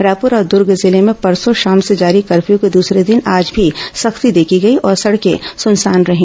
रायपुर और दुर्ग जिले में परसों शाम से जारी कपर्यू के दूसरे दिन आज भी सख्ती देखी गई और सड़कें सूनसान रही